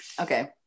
Okay